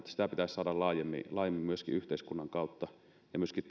sitä pitäisi saada laajemmin myöskin yhteiskunnan kautta ja myöskin